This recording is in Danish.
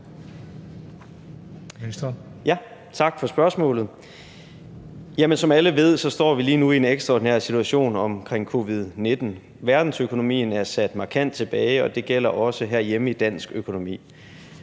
Tak for spørgsmålet. Som alle ved, står vi lige nu i en ekstraordinær situation omkring covid-19. Verdensøkonomien er sat markant tilbage, og det gælder også herhjemme i dansk økonomi.